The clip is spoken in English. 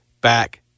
back